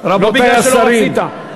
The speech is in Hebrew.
רבותי השרים,